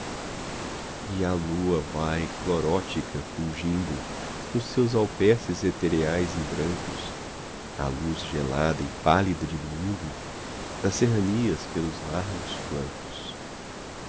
e a lua vai clorótica fulgindo nos seus alperces etereais e brancos a luz gelada e pálida diluindo das serranias pelos largos flancos